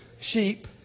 sheep